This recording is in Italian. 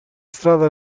strada